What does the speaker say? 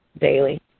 daily